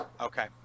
Okay